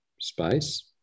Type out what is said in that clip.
space